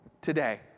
today